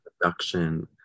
production